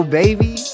baby